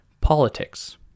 politics